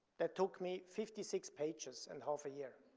that took me fifty six pages and half a year.